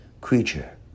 creature